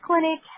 clinic